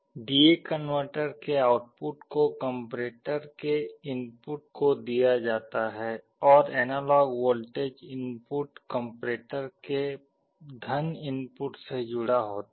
D A converter के output को comparator के इनपुट को दिया जाता है और एनालॉग वोल्टेज इनपुट कम्पेरेटर के इनपुट से जुड़ा होता है